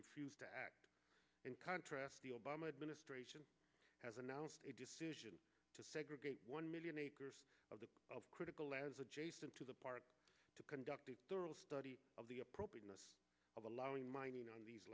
refused to act in contrast the obama administration has announced a decision to segregate one million acres of the critical as adjacent to the park to conduct a thorough study of the appropriateness of allowing mining on these